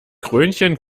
krönchen